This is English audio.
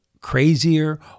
crazier